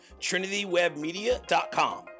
trinitywebmedia.com